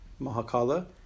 Mahakala